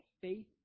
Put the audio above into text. faith